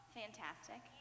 fantastic